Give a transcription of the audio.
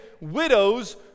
widows